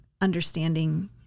understanding